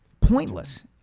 pointless